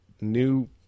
new